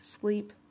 sleep